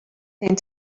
thing